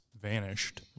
vanished